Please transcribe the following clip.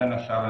בין השאר,